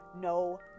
no